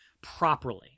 properly